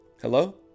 Hello